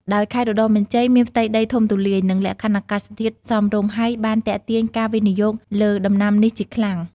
ដោយខេត្តឧត្តរមានជ័យមានផ្ទៃដីធំទូលាយ និងលក្ខខណ្ឌអាកាសធាតុសមរម្យ ហើយបានទាក់ទាញការវិនិយោគលើដំណាំនេះជាខ្លាំង។